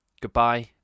Goodbye